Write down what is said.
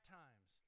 times